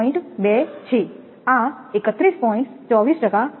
2 છેઆ 31